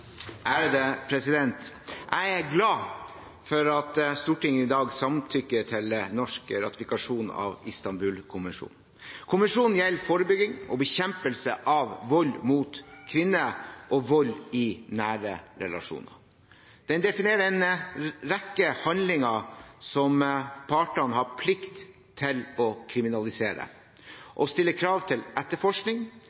overgrepsutsatte kvinner. Jeg er glad for at Stortinget i dag samtykker til norsk ratifikasjon av Istanbul-konvensjonen. Konvensjonen gjelder forebygging og bekjempelse av vold mot kvinner og vold i nære relasjoner. Den definerer en rekke handlinger som partene har plikt til å kriminalisere,